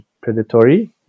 predatory